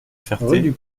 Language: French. ferté